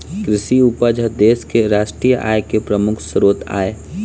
कृषि उपज ह देश के रास्टीय आय के परमुख सरोत आय